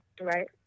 right